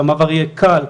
שהמעבר יהיה קל,